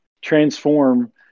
transform